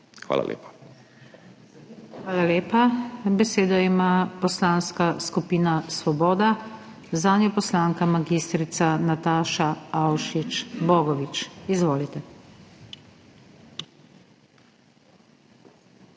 SUKIČ:** Hvala lepa. Besedo ima Poslanska skupina Svoboda, zanjo poslanka mag. Nataša Avšič Bogovič. Izvolite.